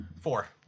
Four